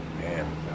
Man